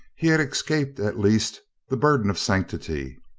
he had escaped at least the burden of sanctity.